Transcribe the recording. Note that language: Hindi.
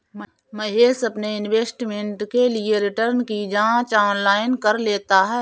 महेश अपने इन्वेस्टमेंट के लिए रिटर्न की जांच ऑनलाइन कर लेता है